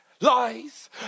lies